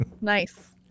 Nice